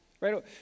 right